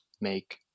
make